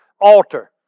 altar